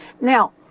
Now